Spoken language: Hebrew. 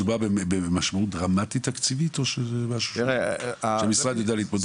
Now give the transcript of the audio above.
מדובר במשמעות דרמטית תקציבית או שזה משהו שהמשרד יודע להתמודד?